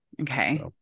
Okay